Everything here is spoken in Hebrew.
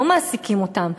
לא מעסיקים אותם,